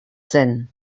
zen